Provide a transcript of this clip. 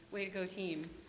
way to go team.